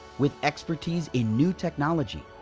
with expertise in new technology,